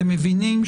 אתן מבינות